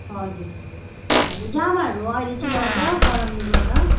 हजुर हजुर जामाहरू अहिले चाहिँ लगाउँछ गरमले गर्दा